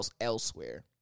elsewhere